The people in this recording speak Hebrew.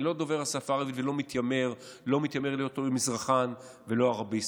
אני לא דובר השפה הערבית ולא מתיימר להיות מזרחן ולא ערביסט,